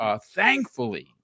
Thankfully